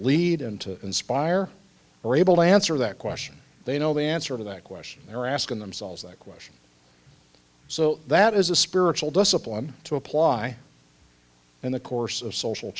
lead and to inspire are able to answer that question they know the answer to that question they're asking themselves that question so that is a spiritual discipline to apply in the course of social